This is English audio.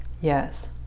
yes